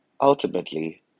Ultimately